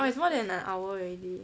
oh it's more than an hour already